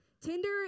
Tinder